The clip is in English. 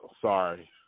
Sorry